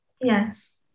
Yes